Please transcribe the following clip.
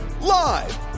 Live